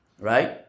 right